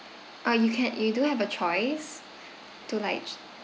oh you can you do have a choice to like c~